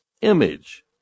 image